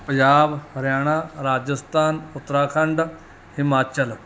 Punjab Haryana Rajasthan Uttarakhand Himachal